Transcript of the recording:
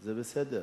זה בסדר,